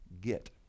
get